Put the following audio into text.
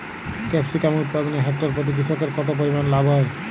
Capsicum উৎপাদনে hectare প্রতি কৃষকের কত পরিমান লাভ হয়?